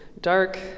dark